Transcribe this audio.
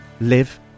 live